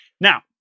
Now